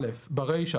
(א)ברישה,